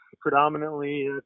Predominantly